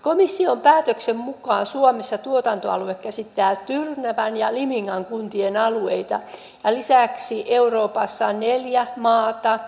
komission päätöksen mukaan suomessa tuotantoalue käsittää tyrnävän ja limingan kuntien alueita ja lisäksi euroopassa on neljä maata